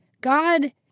God